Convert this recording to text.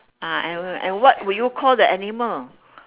ah and and what would you call the animal